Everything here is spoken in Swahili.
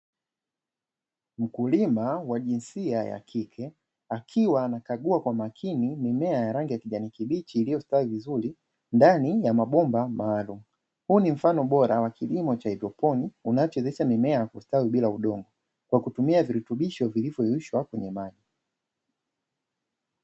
Mkulima wa jinsia ya kike akiwa amekagua kwa makini mimea ya rangi ya kijani kibichi iliyostawi vizuri, ndani ya mabomba maalumu, huu ni mfano bora wa kilimo cha haidroponiki, unachowezesha mimea kukua bila udongo kwa kutumia virutubisho vilivyoyeyushwa katika maji.